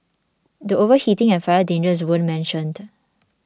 the overheating and fire dangers weren't mentioned